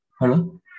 Hello